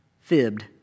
fibbed